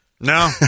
No